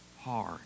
hard